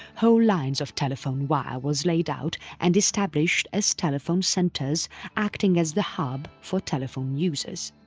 whole lines of telephone wire was laid out and established as telephone centres acting as the hub for telephone users.